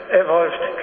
evolved